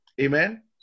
Amen